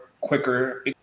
quicker